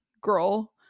girl